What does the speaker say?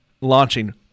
launching